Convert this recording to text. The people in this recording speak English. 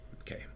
okay